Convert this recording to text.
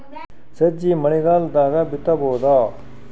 ಸಜ್ಜಿ ಮಳಿಗಾಲ್ ದಾಗ್ ಬಿತಬೋದ?